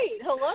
Hello